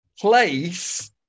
place